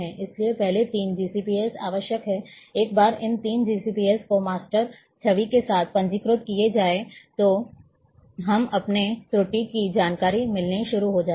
इसलिए पहले तीन जीसीपी आवश्यक हैं एक बार इन तीन जीसीपी को मास्टर छवि के साथ पंजीकृत किया जाए तो हमें अपनी त्रुटि की जानकारी मिलनी शुरू हो जाती है